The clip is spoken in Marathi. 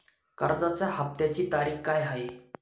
कर्जाचा हफ्त्याची तारीख काय आहे?